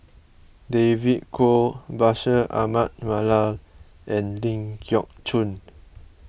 David Kwo Bashir Ahmad Mallal and Ling Geok Choon